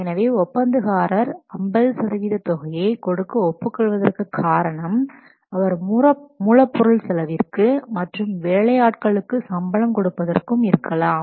எனவே ஒப்பந்தகாரர் 50 சதவிகித தொகையை கொடுக்க ஒப்புக் கொள்வதற்கு காரணம் அவர் மூலப்பொருள் செலவிற்கு மற்றும் வேலை ஆட்களுக்கு சம்பளம் கொடுப்பதற்கும் இருக்கலாம்